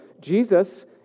Jesus